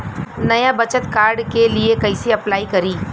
नया बचत कार्ड के लिए कइसे अपलाई करी?